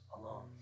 alone